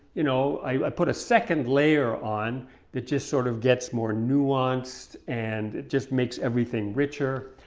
you know, i put a second layer on that just sort of gets more nuanced and it just makes everything richer.